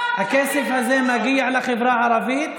הכסף הזה מגיע לחברה הערבית,